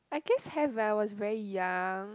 I guess have when I was very young